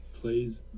Please